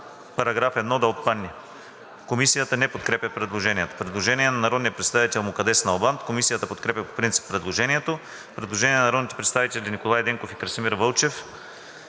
„Параграф 1 да отпадне.“ Комисията не подкрепя предложението. Предложение на народния представител Мукаддес Налбант. Комисията подкрепя по принцип предложението. Предложение на народните представители Николай Денков и Красимир Вълчев.